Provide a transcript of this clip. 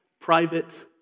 private